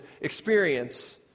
experience